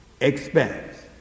expense